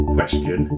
Question